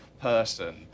person